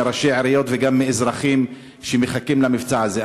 מראשי עיריות וגם מאזרחים שמחכים למבצע הזה.